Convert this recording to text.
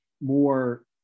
more